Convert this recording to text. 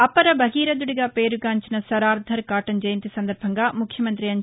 అపర భగీరధుడిగా పేరుగాంచిన సర్ ఆర్టర్ కాటన్ జయంతి సందర్బంగా ముఖ్యమంత్రి ఎన్